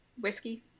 whiskey